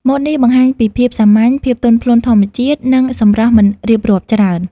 ម៉ូតនេះបង្ហាញពីភាពសាមញ្ញ ភាពទន់ភ្លន់ធម្មជាតិ និងសម្រស់មិនរៀបរាប់ច្រើន។